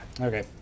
Okay